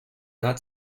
not